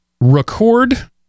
record